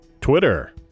Twitter